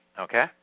Okay